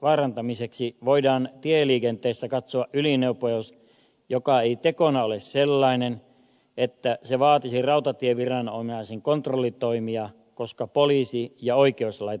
vaarantamiseksi voidaan tieliikenteessä katsoa ylinopeus joka ei tekona ole sellainen että se vaatisi rautatieviranomaisen kontrollitoimia koska poliisi ja oikeuslaitos huolehtivat tästä